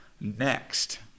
Next